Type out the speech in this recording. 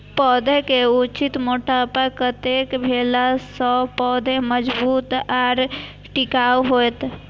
पौधा के उचित मोटापा कतेक भेला सौं पौधा मजबूत आर टिकाऊ हाएत?